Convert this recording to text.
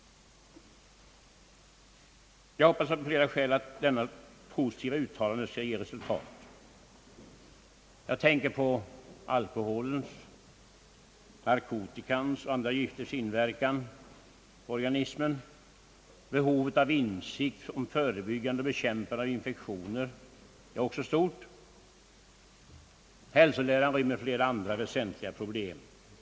Jag hoppas av flera skäl att detta positiva uttalande skall ge resultat. Jag tänker på alkoholens, narkotikans och andra gifters inverkan på organismen. Behovet av insikt om förebyggande och bekämpande av infektioner är också stort. Hälsoläran rymmer flera andra väsentliga problem.